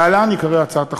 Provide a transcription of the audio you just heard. להלן עיקרי הצעת החוק: